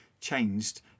changed